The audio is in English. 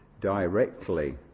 directly